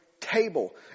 table